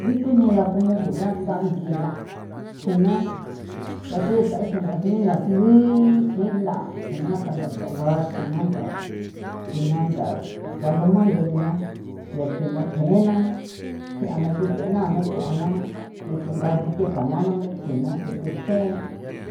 Ndithu jila como guiantha nth'ila thjina o asi tha thinga jnila nguixinda tjina hasta ntha tsaga tjina ntha xina ntha paloma ndegui'ina ya tjina tje'e na tji'a na thi thena'a na tje'a na ge tsinga nthu theta ma'a na ntha tjsina tsethe tse